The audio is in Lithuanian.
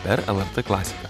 per lrt klasiką